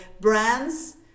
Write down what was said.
brands